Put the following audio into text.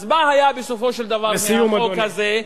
אז מה היה בסופו של דבר מהחוק הזה?